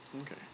Okay